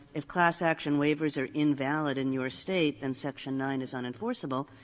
if class action waivers are invalid in your state, then section nine is unenforceable,